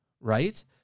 right